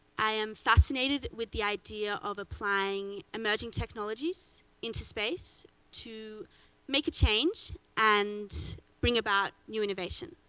i am fascinated with the idea of applying emerging technologies into space to make a change and bring about new innovation.